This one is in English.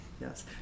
Yes